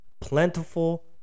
plentiful